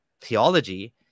theology